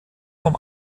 vom